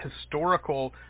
historical